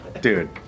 dude